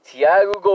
Tiago